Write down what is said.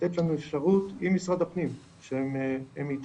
לתת לנו אפשרות עם משרד הפנים שהם איתנו,